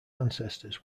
ancestors